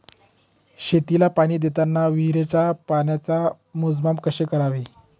शेतीला पाणी देताना विहिरीच्या पाण्याचे मोजमाप कसे करावे?